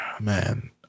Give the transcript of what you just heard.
man